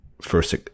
first